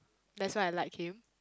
that's why I like him